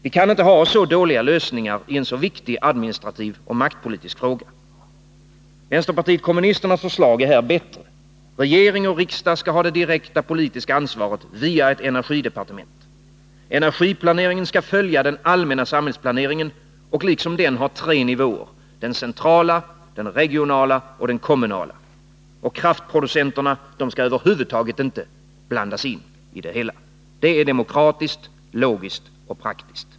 Vi kan inte ha så dåliga lösningar i en så viktig administrativ och maktpolitisk fråga. Vänsterpartiet kommunisternas förslag är här bättre. Regering och riksdag skall ha det direkta politiska ansvaret via ett energidepartement. Energiplaneringen skall följa den allmänna samhällsplaneringen och liksom den ha tre nivåer — den centrala, den regionala och den kommunala. Och kraftproducenterna skall över huvud taget inte blandas in i det hela. Det är demokratiskt, logiskt och praktiskt.